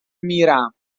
میرم